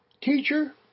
Teacher